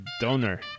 donor